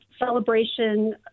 celebration